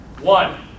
One